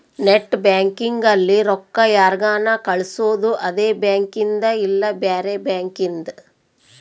net banking ಅಲ್ಲಿ ರೊಕ್ಕ ಯಾರ್ಗನ ಕಳ್ಸೊದು ಅದೆ ಬ್ಯಾಂಕಿಂದ್ ಇಲ್ಲ ಬ್ಯಾರೆ ಬ್ಯಾಂಕಿಂದ್